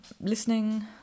listening